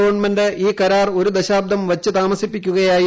government ഈ കരാർ ഒരു ദശാബ്ദം വച്ച് താമസിപ്പിക്കുകയായിരുന്നു